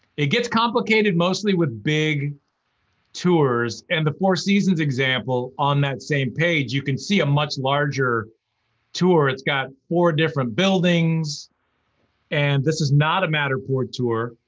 it gets complicated mostly with big tours, and the four seasons example on that same page, you can see a much larger tour, it's got four different buildings and this is not a matterport tour.